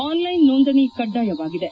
online ನೋಂದಣಿ ಕಡ್ಡಾಯವಾಗಿದೆ